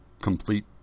complete